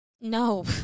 No